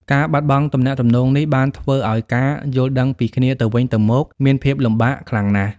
ការបាត់បង់ទំនាក់ទំនងនេះបានធ្វើឲ្យការយល់ដឹងពីគ្នាទៅវិញទៅមកមានភាពលំបាកខ្លាំងណាស់។